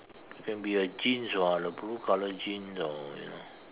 it can be a jeans [what] the blue colour jeans or you know